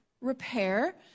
repair